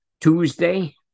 Tuesday